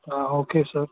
okay sir